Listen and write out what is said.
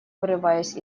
вырываясь